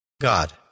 God